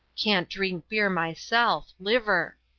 can't drink beer myself. liver.